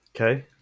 Okay